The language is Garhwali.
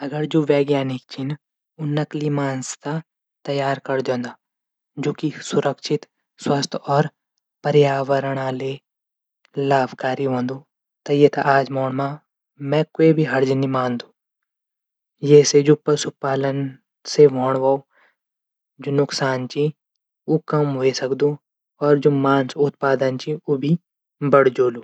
अगर जू वैज्ञानिक छन उ नकली मांस तै तैयार कौरी दिंदा। जूकी सुरक्षित स्वस्थ और पर्यावरण ले लाभकारी हूंदू। त येथे आजमाण मी क्वी हर्ज नी हूंद। ये से जू पशुपालन से हूणो वलो नुकसान च उ कम ह्वे सकदू। और जू मांस उत्पादन च ऊभी बढदो।